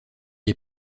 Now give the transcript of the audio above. est